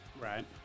Right